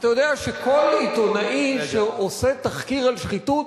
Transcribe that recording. אתה יודע שכל עיתונאי שעושה תחקיר על שחיתות